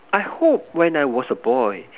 I hope when I was a boy